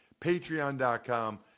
Patreon.com